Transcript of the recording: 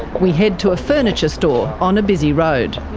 we head to a furniture store on a busy road.